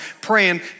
praying